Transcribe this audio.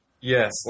Yes